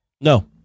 No